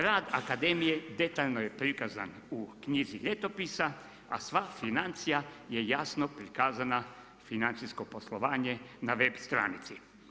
Rad akademije detaljno je prikazan u knjizi Ljetopisa, a sva financija je jasno prikazana, financijsko poslovanje na web stranici.